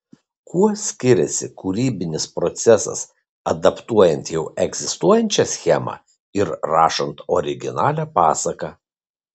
kuo skiriasi kūrybinis procesas adaptuojant jau egzistuojančią schemą ir rašant originalią pasaką